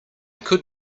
could